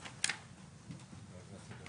ליחידה.